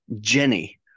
Jenny